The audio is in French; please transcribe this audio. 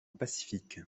pacifique